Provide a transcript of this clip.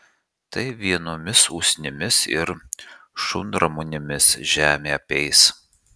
tai vienomis usnimis ir šunramunėmis žemė apeis